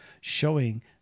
showing